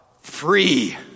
free